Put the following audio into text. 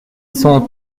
cent